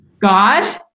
God